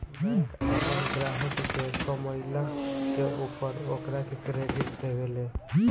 bank आपन ग्राहक के कमईला के ऊपर ओकरा के क्रेडिट देवे ले